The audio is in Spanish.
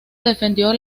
defendió